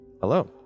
Hello